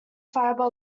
fiber